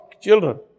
children